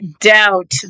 doubt